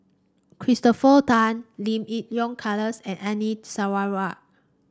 Christopher Tan Lim Yi Yong Charles and Anita Sarawak